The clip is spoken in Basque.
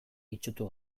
itsutu